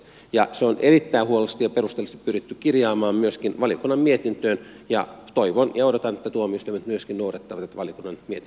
se on erittäin huolellisesti ja perusteellisesti pyritty kirjaamaan myöskin valiokunnan mietintöön ja toivoin joudutaan tuomiston myöskin nuoret ovat valitaan nyt